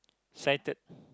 sighted